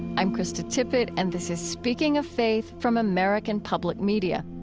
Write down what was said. i'm krista tippett, and this is speaking of faith from american public media.